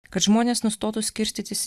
kad žmonės nustotų skirstytis